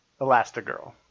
Elastigirl